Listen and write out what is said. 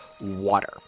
water